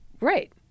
Right